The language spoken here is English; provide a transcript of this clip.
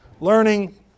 Learning